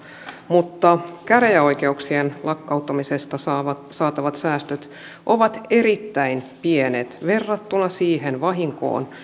mutta käräjäoikeuksien lakkauttamisesta saatavat säästöt ovat erittäin pienet verrattuna siihen vahinkoon